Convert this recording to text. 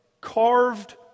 carved